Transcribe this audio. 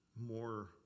more